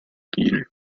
leader